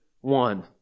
one